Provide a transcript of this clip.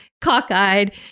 cockeyed